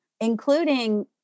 including